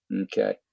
okay